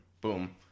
Boom